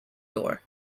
tour